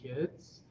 kids